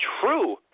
true